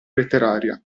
letteraria